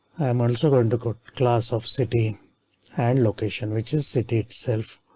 i am also going to code class of city and location which is city itself.